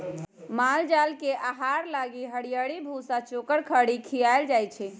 माल जाल के आहार लागी हरियरी, भूसा, चोकर, खरी खियाएल जाई छै